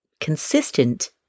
consistent